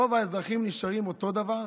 רוב האזרחים נשארים אותו הדבר.